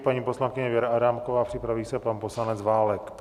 Paní poslankyně Věra Adámková, připraví se pan poslanec Válek.